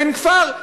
אין כפר?